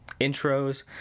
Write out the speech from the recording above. intros